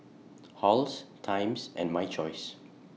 Halls Times and My Choice